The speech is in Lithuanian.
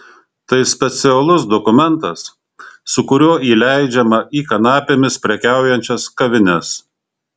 tai specialus dokumentas su kuriuo įleidžiama į kanapėmis prekiaujančias kavines